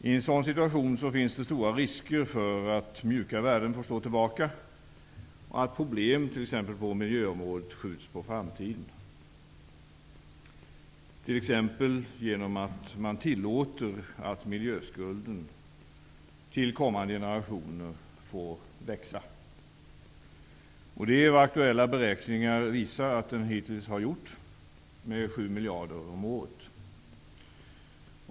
I en sådan situation finns det stora risker för att mjuka värden får stå tillbaka och att problem på exempelvis miljöområdet skjuts på framtiden genom att man t.ex. tillåter att miljöskulden till kommande generationer får växa. Det är vad aktuella beräkningar visar att den hittills har gjort. Den har ökat med 7 miljarder om året.